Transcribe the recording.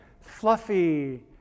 fluffy